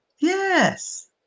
Yes